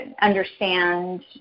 understand